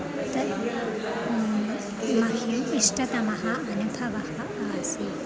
तद् मह्यम् इष्टतमः अनुभवः आसीत्